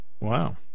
Wow